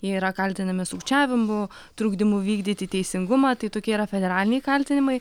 jie yra kaltinami sukčiavimu trukdymu vykdyti teisingumą tai tokie yra federaliniai kaltinimai